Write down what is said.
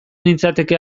nintzateke